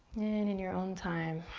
and in your own time,